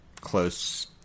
close